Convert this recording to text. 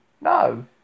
No